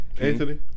Anthony